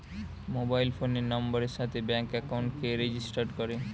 mobile ফোনের নাম্বারের সাথে ব্যাঙ্ক একাউন্টকে রেজিস্টার করে